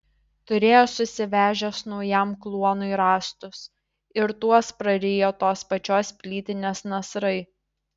turėjo susivežęs naujam kluonui rąstus ir tuos prarijo tos pačios plytinės nasrai